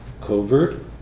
covert